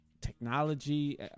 technology